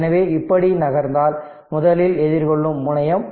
எனவே இப்படி நகர்ந்தால் முதலில் எதிர்கொள்ளும் முனையம்